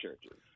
churches